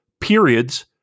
periods